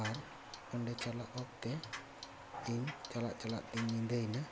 ᱟᱨ ᱚᱸᱰᱮ ᱪᱟᱞᱟᱜ ᱚᱠᱛᱮ ᱤᱧ ᱪᱟᱞᱟᱜ ᱪᱟᱞᱟᱜ ᱛᱤᱧ ᱧᱤᱫᱟᱹᱭᱮᱱᱟ